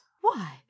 Why